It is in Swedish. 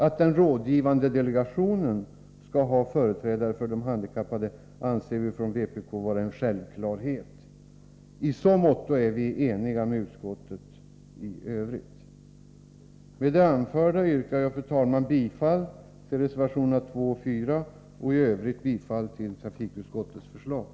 Att även företrädare för de handikappade skall ingå i den rådgivande delegationen anser vi från vpk vara en självklarhet. I så måtto är vi eniga med utskottet i Övrigt. Fru talman! Med det anförda yrkar jag bifall till reservationerna 2 och 4 samt i övrigt till trafikutskottets hemställan.